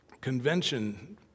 convention